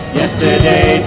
yesterday